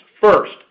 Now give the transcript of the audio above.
First